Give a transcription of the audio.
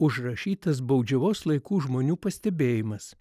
užrašytas baudžiavos laikų žmonių pastebėjimas